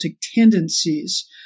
tendencies